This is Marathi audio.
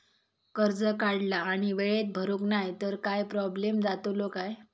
कर्ज काढला आणि वेळेत भरुक नाय तर काय प्रोब्लेम जातलो काय?